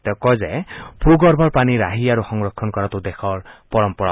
তেওঁ কয় যে ভূগৰ্ভৰ পানী ৰাহি আৰু সংৰক্ষণ কৰাটো দেশৰ পৰম্পৰা